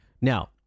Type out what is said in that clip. Now